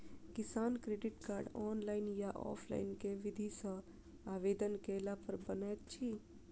किसान credit card, online या offline केँ विधि सँ आवेदन कैला पर बनैत अछि?